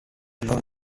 known